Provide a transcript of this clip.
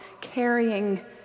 carrying